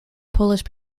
polish